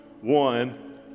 one